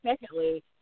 secondly